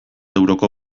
euroko